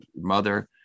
mother